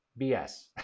BS